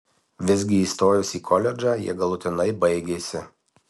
visgi įstojus į koledžą jie galutinai baigėsi